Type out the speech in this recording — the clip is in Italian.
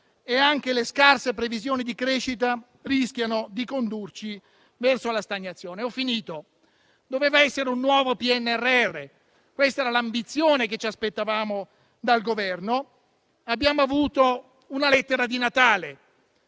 e che le scarse previsioni di crescita rischiano di condurci verso la stagnazione. Doveva essere un nuovo PNRR, questa era l'ambizione che ci aspettavamo dal Governo; invece, abbiamo avuto una lettera di Natale